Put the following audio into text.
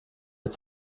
mit